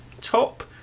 top